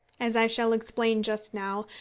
as i shall explain just now,